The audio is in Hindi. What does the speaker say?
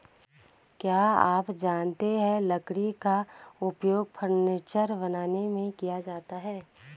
क्या आप जानते है लकड़ी का उपयोग फर्नीचर बनाने में किया जाता है?